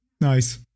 Nice